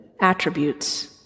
attributes